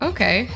Okay